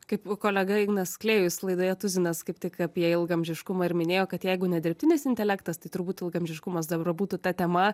kaip kolega ignas klėjus laidoje tuzinas kaip tik apie ilgaamžiškumą ir minėjo kad jeigu ne dirbtinis intelektas tai turbūt ilgaamžiškumas dabar būtų ta tema